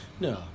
No